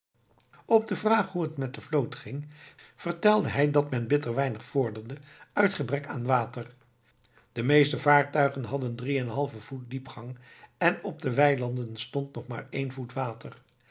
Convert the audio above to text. op de vraag hoe het met de vloot ging vertelde hij dat men bitter weinig vorderde uit gebrek aan water de meeste vaartuigen hadden drie en eenen halven voet diepgang en op de weilanden stond nog maar één voet water